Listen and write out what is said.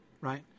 right